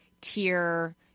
tier